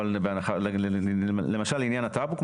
אבל לעניין הטאבו למשל,